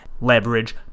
leverage